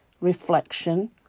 reflection